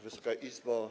Wysoka Izbo!